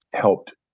helped